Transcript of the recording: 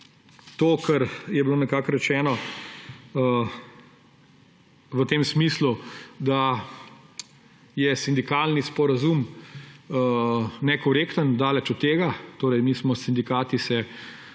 kar je bilo nekako rečeno v tem smislu, da je sindikalni sporazum nekorekten. Daleč od tega. Mi smo se s sindikati